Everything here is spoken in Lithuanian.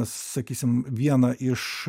sakysim vieną iš